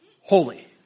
Holy